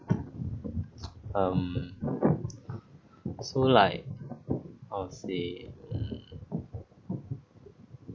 um so like how to say